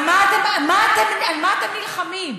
על מה אתם נלחמים?